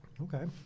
okay